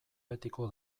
betiko